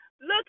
look